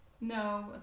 no